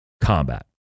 combat